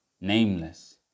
nameless